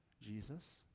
Jesus